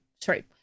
sorry